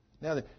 Now